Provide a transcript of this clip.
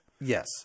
Yes